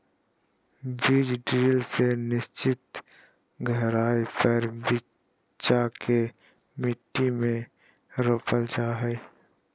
बीज ड्रिल से निश्चित गहराई पर बिच्चा के मट्टी में रोपल जा हई